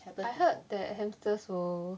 I heard that hamsters will